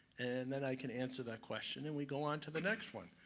and then i can answer that question and we go on to the next one.